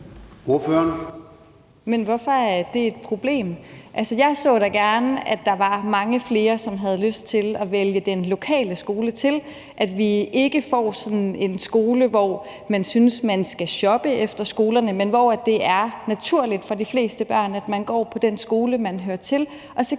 hvorfor er det et problem? Altså, jeg så da gerne, at der var mange flere, som havde lyst til at vælge den lokale skole til, så vi ikke får sådan en skole, hvor man synes, at man skal shoppe rundt mellem skolerne, men så det er naturligt for de fleste børn, at man går på den skole, man hører til,